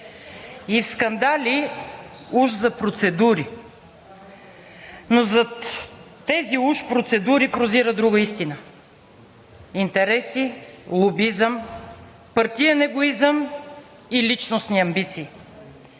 и скандали – уж за процедури. Но зад тези уж процедури прозира друга истина – интереси, лобизъм, партиен егоизъм и личностни амбиции.